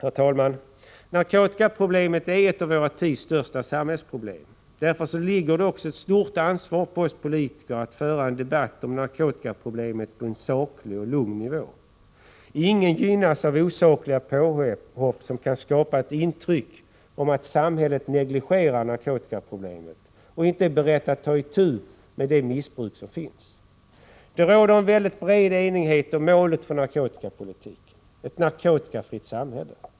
Herr talman! Narkotikaproblemet är ett av vår tids största samhällsproblem. Därför ligger det också ett stort ansvar på oss politiker att föra en debatt om narkotikaproblemet på en saklig och lugn nivå. Ingen gynnas av osakliga påhopp, som kan skapa ett intryck av att samhället negligerar narkotikaproblemen och inte är berett att ta itu med det missbruk som finns. Det råder en väldigt bred enighet om målet för narkotikapolitiken — ett narkotikafritt samhälle.